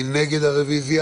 מי נגד?